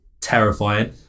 terrifying